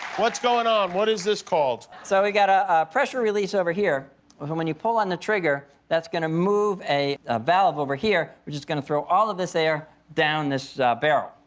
what's going on? what is this called? so we've got a pressure release over here. and when you pull on the trigger, that's going to move a valve over here. we're just going to throw all of this air down this barrel.